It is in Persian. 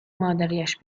مادریاش